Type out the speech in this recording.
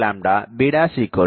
5 b2